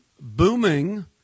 booming